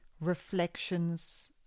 reflections